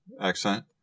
accent